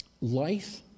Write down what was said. life